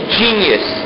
genius